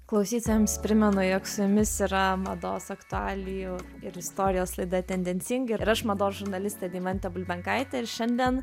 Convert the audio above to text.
klausytojams primenu jog su jumis yra mados aktualijų ir istorijos laida tendencingi ir aš mados žurnalistė deimantė bulbenkaitė ir šiandien